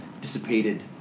dissipated